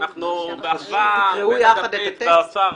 תקראו יחד את הטקסט?